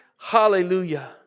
Hallelujah